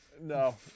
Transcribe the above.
No